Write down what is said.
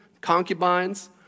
concubines